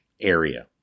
area